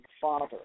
Father